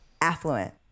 affluent